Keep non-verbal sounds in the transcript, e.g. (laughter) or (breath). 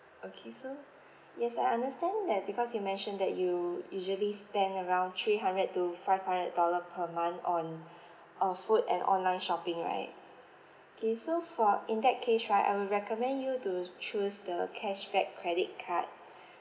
okay so (breath) yes I understand that because you mentioned that you usually spend around three hundred to five hundred dollar per month on uh food and online shopping right okay so for in that case right I will recommend you to choose the cashback credit card